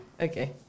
Okay